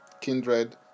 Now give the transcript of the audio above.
kindred